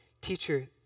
Teacher